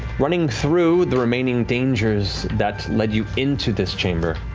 running through the remaining dangers that led you into this chamber.